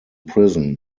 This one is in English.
prison